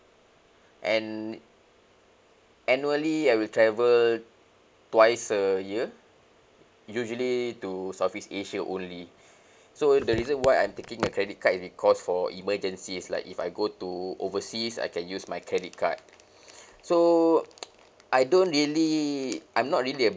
and annually I will travel twice a year usually to southeast asia only so the reason why I'm taking a credit card is because for emergencies like if I go to overseas I can use my credit card so I don't really I'm not really a